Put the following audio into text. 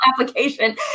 application